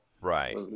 Right